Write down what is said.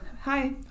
hi